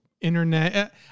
Internet